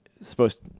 supposed